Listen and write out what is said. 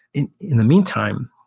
in in the meantime,